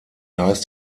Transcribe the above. heißt